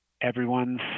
everyone's